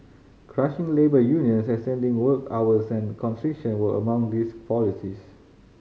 crushing labour unions extending work hours and conscription were among these policies